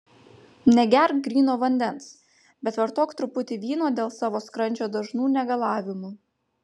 negerk gryno vandens bet vartok truputį vyno dėl savo skrandžio dažnų negalavimų